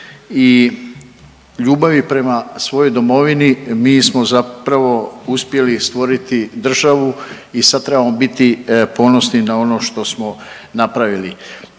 i ljubavi prema svojoj domovini mi smo zapravo uspjeli stvoriti državu i sad trebamo biti ponosni na ono što smo napravili.